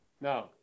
No